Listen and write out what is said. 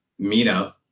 meetup